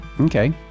Okay